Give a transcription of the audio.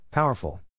Powerful